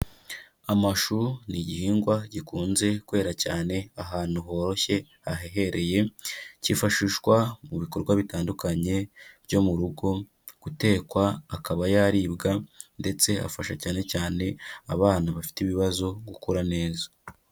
Amashu ni igihingwa gikunze kwera cyane ahantu horoshye, hahereye, kifashishwa mu bikorwa bitandukanye byo mu rugo, gutekwa akaba yaribwa ndetse afasha cyane cyane abana bafite ibibazo gukura neza.